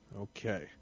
Okay